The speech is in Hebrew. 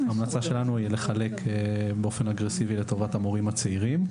ההמלצה שלנו היא לחלק באופן אגרסיבי לטובת המורים הצעירים.